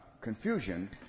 confusion